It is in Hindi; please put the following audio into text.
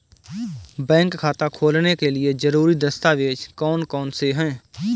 बैंक खाता खोलने के लिए ज़रूरी दस्तावेज़ कौन कौनसे हैं?